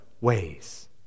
ways